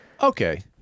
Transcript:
okay